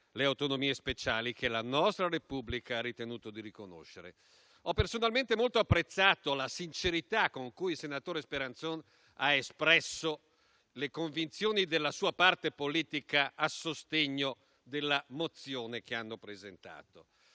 le autonomie speciali che la nostra Repubblica ha ritenuto di riconoscere. Ho personalmente molto apprezzato la sincerità con cui il senatore Speranzon ha espresso le convinzioni della sua parte politica a sostegno della mozione che ha presentato.